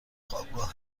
خوابگاه